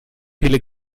viele